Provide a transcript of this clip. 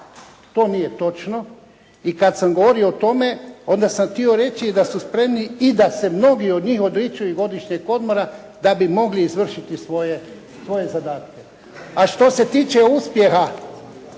To nije točno. I kada sam govorio o tome onda sam htio reći da su i spremni i da se mnogi od njih odriču i godišnjeg odmora da bi mogli izvršiti svoje zadatke. A što se tiče uspjeha